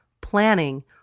planning